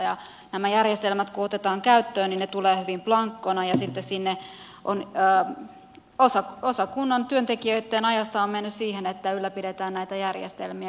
nämä järjestelmät kun otetaan käyttöön ne tulevat hyvin blankona ja sitten osa kunnan työntekijöitten ajasta on mennyt siihen että ylläpidetään näitä järjestelmiä